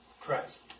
Christ